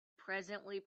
presently